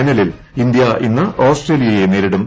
ഫൈനലിൽ ഇന്ത്യ ഇന്ന് ഓസ്ട്രേലിയയെ നേരിടും